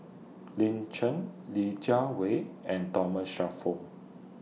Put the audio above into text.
Lin Chen Li Jiawei and Thomas Shelford